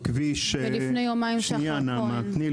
ולפני יומיים שחר כהן נהרג.